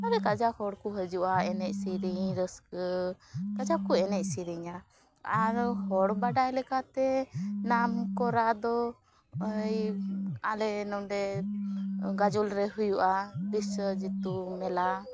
ᱟᱹᱰᱤ ᱠᱟᱡᱟᱠ ᱦᱚᱲᱠᱩ ᱦᱟᱹᱡᱩᱜᱼᱟ ᱮᱱᱮᱡ ᱥᱮᱨᱮᱧᱟ ᱨᱟᱹᱥᱠᱟᱹ ᱠᱟᱡᱟᱠᱠᱩ ᱮᱱᱮᱡ ᱥᱮᱨᱮᱧᱟ ᱟᱨ ᱦᱚᱲ ᱵᱟᱰᱟᱭ ᱞᱮᱠᱟᱛᱮ ᱱᱟᱢᱠᱚᱨᱟ ᱫᱚ ᱟᱞᱮ ᱱᱚᱰᱮ ᱜᱟᱡᱚᱞᱨᱮ ᱦᱩᱭᱩᱜᱼᱟ ᱵᱤᱨᱥᱟᱹ ᱡᱤᱛᱩ ᱢᱮᱞᱟ